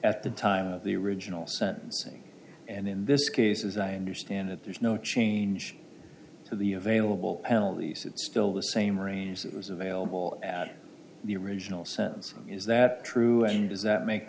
at the time of the original sentencing and in this case as i understand it there's no change of the available penalties it's still the same range as it was available at the original sentence is that true and does that make